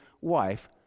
wife